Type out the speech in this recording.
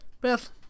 Beth